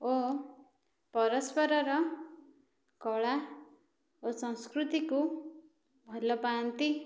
ଓ ପରସ୍ପରର କଳା ଓ ସଂସ୍କୃତିକୁ ଭଲପାଆନ୍ତି